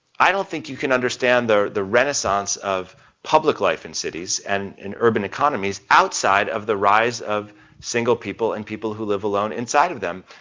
i don't think you can understand the the renaissance of public life in cities and in urban economies outside of the rise of single people and people who live alone inside of them.